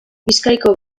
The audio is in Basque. bizkaiko